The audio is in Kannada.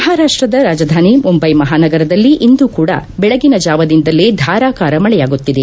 ಮಹಾರಾಷ್ಟದ ರಾಜಧಾನಿ ಮುಂಟೈ ಮಹಾನಗರದಲ್ಲಿ ಇಂದೂ ಕೂಡ ಬೆಳಗಿನ ಜಾವದಿಂದಲೇ ಧಾರಾಕಾರ ಮಳೆಯಾಗುತ್ತಿದೆ